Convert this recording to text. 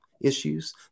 issues